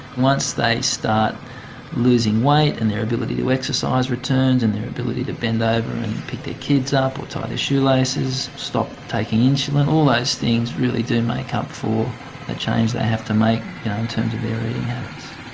once they start losing weight and their ability to exercise returns and their ability to bend over and pick their kids up or tie their shoelaces, stop taking insulin, all those things really do make up for the change they have to make in terms of their eating habits.